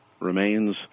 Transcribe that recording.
remains